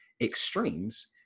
extremes